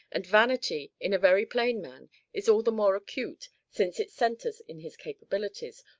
and vanity in a very plain man is all the more acute since it centres in his capabilities,